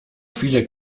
viele